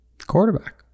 Quarterback